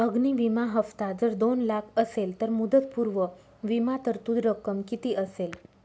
अग्नि विमा हफ्ता जर दोन लाख असेल तर मुदतपूर्व विमा तरतूद रक्कम किती असेल?